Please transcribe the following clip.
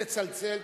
נא לצלצל,